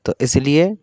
تو اس لیے